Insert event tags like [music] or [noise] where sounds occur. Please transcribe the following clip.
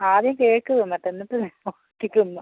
ആദ്യം കേക്ക് തിന്നട്ടെ എന്നിട്ട് [unintelligible]